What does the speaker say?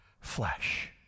flesh